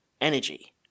energy